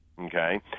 okay